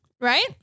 Right